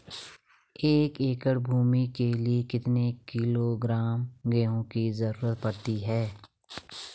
एक एकड़ भूमि के लिए कितने किलोग्राम गेहूँ की जरूरत पड़ती है?